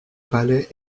palais